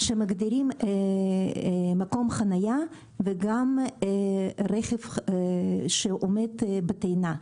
שמגדירים מקום חניה וגם רכב שעומד בטעינה.